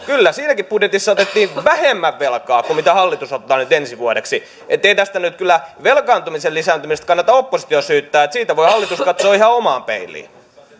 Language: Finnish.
kyllä siinäkin budjetissa otettiin vähemmän velkaa kuin mitä hallitus ottaa nyt ensi vuodeksi että ei nyt kyllä velkaantumisen lisääntymisestä kannata oppositiota syyttää vaan siinä voi hallitus katsoa ihan omaan peiliin